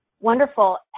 wonderful